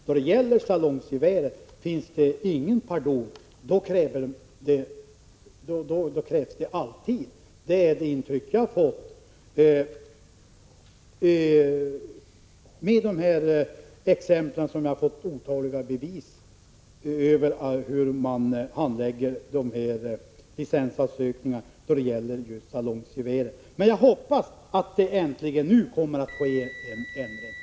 När det gäller salongsgevär ges det ingen pardon, då krävs det alltid att vapnet görs obrukbart. Det är det intryck jag har — och jag har fått otaliga bevis på hur man handlägger licensansökningar då det gäller salongsgevär. Men jag hoppas alltså att det nu äntligen kommer att bli en ändring.